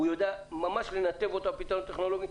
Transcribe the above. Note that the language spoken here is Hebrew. הוא ידע ממש לנתב אותם באמצעות הפתרונות הטכנולוגיים.